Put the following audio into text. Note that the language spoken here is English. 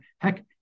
heck